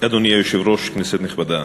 1 2. אדוני היושב-ראש, כנסת נכבדה,